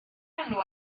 enw